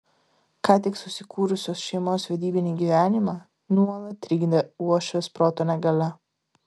ką tik susikūrusios šeimos vedybinį gyvenimą nuolat trikdė uošvės proto negalia